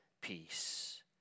peace